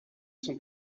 son